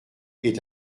est